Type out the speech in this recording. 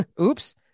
Oops